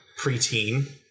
preteen